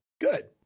Good